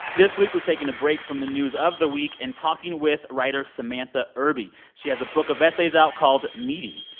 this week, we're taking a break from the news of the week and talking with writer samantha irby. she has a book of essays out called meaty.